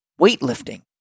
Weightlifting